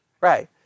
Right